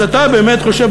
אז אתה באמת חושב,